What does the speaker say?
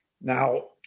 Now